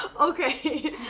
Okay